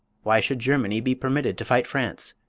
why should germany be permitted to fight france,